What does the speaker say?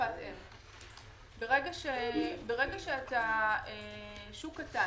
ברגע שאתה שוק קטן,